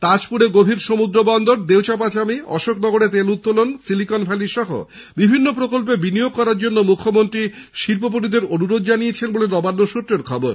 তাজপুরে গভীর সমুদ্র বন্দর দেওচা পাচামিঅশোকনগরে তেল উত্তোলন সিলিকন ভ্যালি সহ বিভিন্ন প্রকল্পে বিনিয়োগ করার জন্য মুখ্যমন্ত্রী শিল্পপতিদের আর্জি জানিয়েছেন বলে নবান্ন সূত্রের খবর